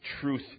truth